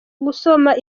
gusoma